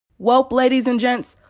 well ladies and gents,